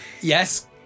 Yes